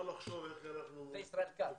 צריך לחשוב איך אנחנו, לקראת,